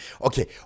okay